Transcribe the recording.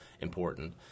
important